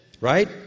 right